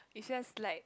is just like